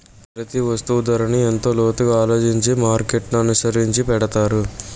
ప్రతి వస్తువు ధరను ఎంతో లోతుగా ఆలోచించి మార్కెట్ననుసరించి పెడతారు